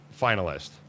finalist